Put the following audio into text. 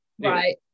right